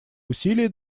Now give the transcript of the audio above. усилия